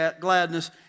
gladness